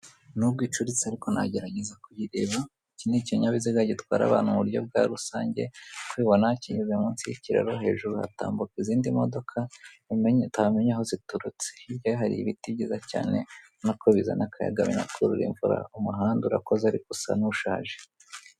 Nubwo icuritse ariko nagerageza kuyireba, iki ni ikinyabiziga gitwara abantu mu buryo bwa rusange, nk'uko ubibona kinyuze munsi y'ikiraro, hejuru hatambuka izindi modoka utamenya aho biturutse. Hirya hari ibiti byiza cyane, nk'uko bizana akayaga bigakurura imvura, umuhanda urakoze ariko usa nk'ushaje.